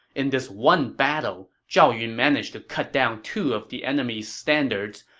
in this one battle, zhao yun managed to cut down two of the enemy's standards,